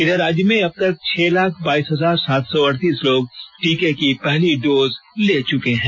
इधर राज्य में अब तक छह लाख बाइस हजार सात सौ अड़तीस लोग टीके की पहली डोज ले चुके हैं